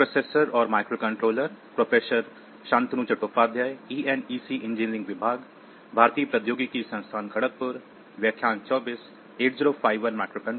तो अगर आप 8051 के इस पिन आरेख में देखें